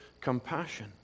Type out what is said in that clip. compassion